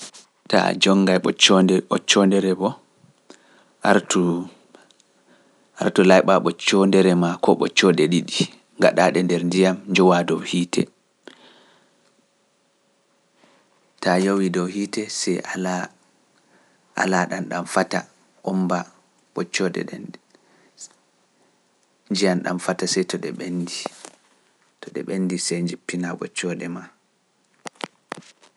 To mi jonngai ɓoccooɗe kam, mi artai mi tummba ɓoccoonde woire ko ɗiɗi nder fotiire, nden bo mi yowa fotire nden dow hiite nde fata nder mintiiji sappo yaago sappo e jowi (ten to fifteen minutes). Nden mi jippina ɓoccooɗe am mi ɓolta mi nyaama.